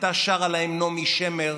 הייתה שרה להם נעמי שמר,